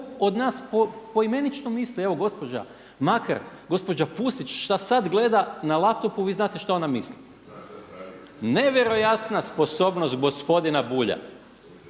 od nas poimenično misli. Evo gospođa Makar, gospođa Pusić šta sad gleda na laptopu vi znate šta ona misli. Nevjerojatna sposobnost gospodina Bulja!